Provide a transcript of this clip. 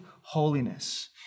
holiness